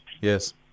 yes